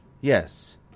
Yes